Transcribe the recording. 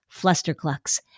flusterclucks